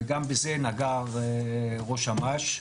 וגם בזה נגע ראש אמ"ש,